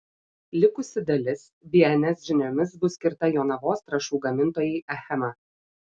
likusi dalis bns žiniomis bus skirta jonavos trąšų gamintojai achema